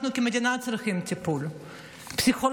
אנחנו כמדינה צריכים טיפול פסיכולוגי,